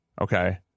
Okay